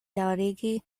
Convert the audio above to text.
daŭrigi